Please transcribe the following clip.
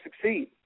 succeed